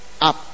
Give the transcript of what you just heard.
up